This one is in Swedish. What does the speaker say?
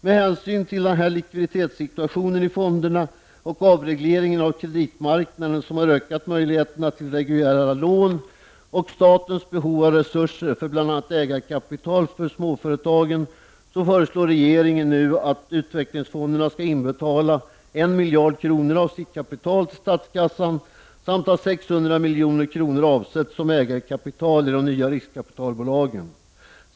Med hänsyn till den här likviditetssituationen i fonderna, avregleringen av kreditmarknaden, som har ökat möjligheterna till reguljära lån, och statens behov av resurser för bl.a. ägarkapital för småföretagen så föreslår regeringen nu att utvecklingsfonderna skall inbetala en miljard kronor av sitt kapital till statskassan samt att 600 milj.kr. avsätts som ägarkapital i de nya riskkapitalbolagen.